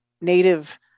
native